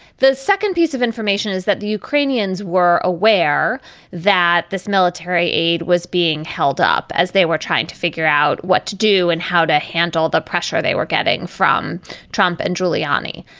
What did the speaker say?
the second piece of information is that the ukrainians were aware that this military aid was being held up as they were trying to figure out what to do and how to handle the pressure they were getting from trump and giuliani.